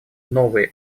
новые